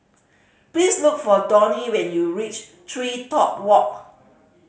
please look for Donnie when you reach TreeTop Walk